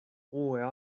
uue